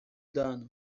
dano